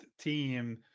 team